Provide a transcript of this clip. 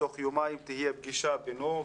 תוך יומיים תהיה פגישה בינו,